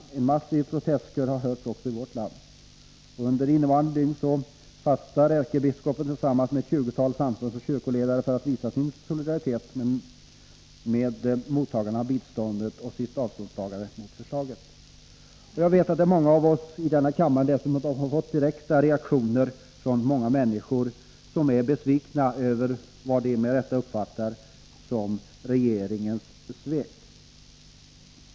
En massiv protestkör har hörts också i vårt land. Under innevarande dygn fastar ärkebiskopen tillsammans med ett tjugotal samfundsoch kyrkoledare för att visa sin solidaritet med mottagarna av biståndet och sitt avståndstagande mot förslaget. Jag vet att många av oss i denna kammare dessutom har fått direkta reaktioner från många människor som är besvikna över vad de med rätta uppfattar som regeringens svek.